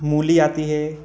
मूली आती है